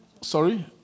Sorry